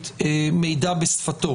התושב,